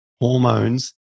hormones